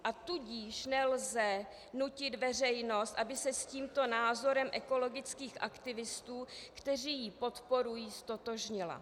A tudíž nelze nutit veřejnost, aby se s tímto názorem ekologických aktivistů, kteří ji podporují, ztotožnila.